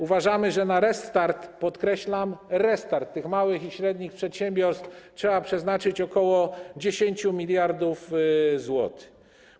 Uważamy, że na restart - podkreślam: restart - tych małych i średnich przedsiębiorstw trzeba przeznaczyć ok. 10 mld zł.